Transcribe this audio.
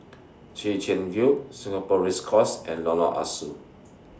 Chwee Chian View Singapore Race Course and Lorong Ah Soo